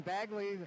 Bagley